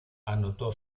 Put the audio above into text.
anotó